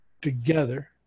together